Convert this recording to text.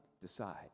decide